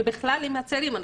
ובכלל עם הצעירים.